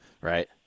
Right